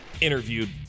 interviewed